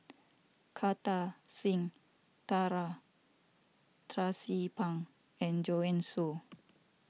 Kartar Singh Thakral Tracie Pang and Joanne Soo